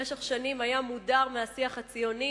במשך שנים היה מודר מהשיח הציוני,